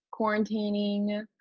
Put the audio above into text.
quarantining